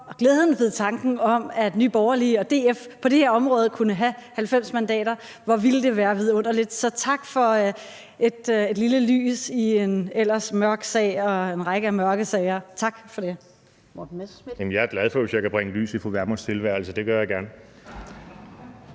glæde mig ved tanken om, at Nye Borgerlige og DF på det her område kunne have 90 mandater. Hvor ville det være vidunderligt. Så tak for at tænde et lille lys i en ellers mørk sag i en række af mørke sager. Tak for det. Kl. 13:57 Den fg. formand (Annette Lind): Hr. Morten